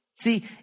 See